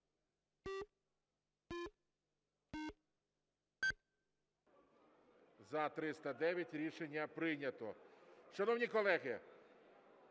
За-309 Рішення прийнято. Шановні колеги,